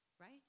right